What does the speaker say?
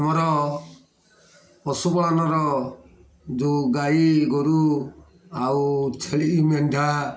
ଆମର ପଶୁପାଳନର ଯେଉଁ ଗାଈ ଗୋରୁ ଆଉ ଛେଳି ମେଣ୍ଢା